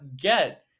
get